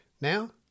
Now